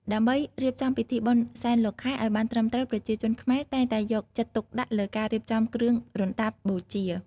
ដើម្បីរៀបចំពិធីបុណ្យសែនលោកខែឲ្យបានត្រឹមត្រូវ ប្រជាជនខ្មែរតែងតែយកចិត្តទុកដាក់លើការរៀបចំគ្រឿងរណ្តាប់បូជា។